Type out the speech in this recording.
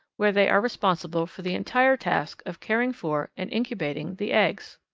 where they are responsible for the entire task of caring for, and incubating, the eggs.